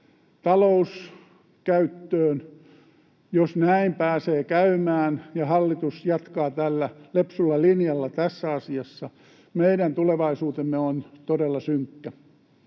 talouskäyttöön. Jos näin pääsee käymään ja hallitus jatkaa tällä lepsulla linjalla tässä asiassa, meidän tulevaisuutemme on todella synkkä.